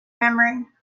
memory